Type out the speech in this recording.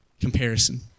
comparison